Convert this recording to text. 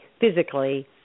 physically